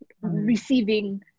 receiving